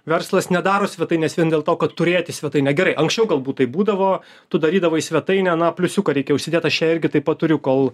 verslas nedaro svetainės vien dėl to kad turėti svetainę gerai anksčiau galbūt tai būdavo tu darydavai svetainę aną pliusiuką reikia užsidėt aš čia irgi taip pat turiu kol